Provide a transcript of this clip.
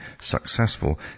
successful